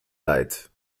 leid